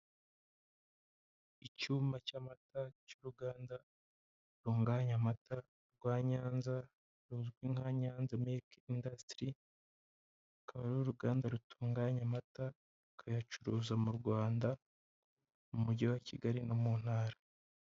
Icyuma cy'amata, cy'uruganda rutunganya amata, rwa Nyanza, ruzwi nka Nyanza milk industry, akaba ari uruganda rutunganya amata, rukayacuruza mu Rwanda, mu mujyi wa Kigali, no mu ntara.